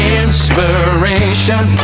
inspiration